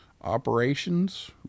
operations